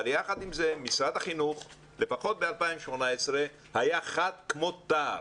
אבל יחד עם זה משרד החינוך לפחות ב-2018 היה חד כמו תער.